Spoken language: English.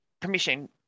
permission